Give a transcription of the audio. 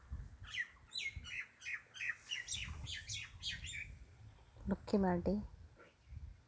Lakshmi Mardi